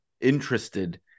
interested